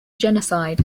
genocide